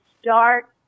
start